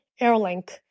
Airlink